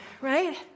Right